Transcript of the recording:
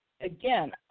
again